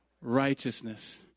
Righteousness